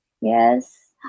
Yes